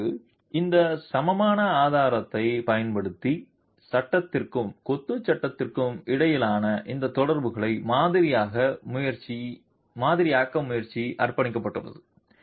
இப்போது இந்த சமமான ஆதாரத்தை பயன்படுத்தி சட்டத்திற்கும் கொத்து சட்டத்திற்கும் இடையிலான இந்த தொடர்புகளை மாதிரியாக்க முயற்சி அர்ப்பணிக்கப்பட்டுள்ளது